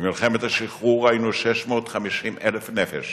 במלחמת השחרור היינו 650,000 נפש